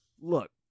look